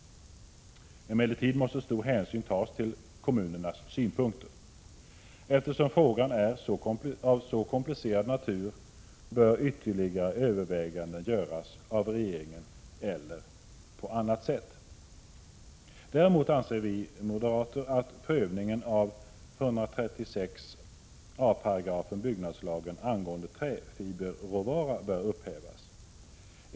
Emellertid måste stor hänsyn tas till kommunernas synpunkter. Eftersom frågan är av mycket komplicerad natur bör ytterligare överväganden göras av regeringen eller på annat sätt. Däremot anser vi moderater att prövningen av 136 a § byggnadslagen angående träfiberråvara 119 bör upphävas.